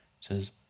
says